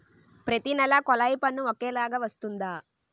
ప్రతి నెల కొల్లాయి పన్ను ఒకలాగే వస్తుందా?